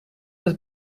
was